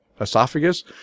esophagus